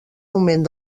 augment